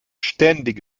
ständig